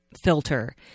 filter